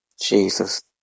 Jesus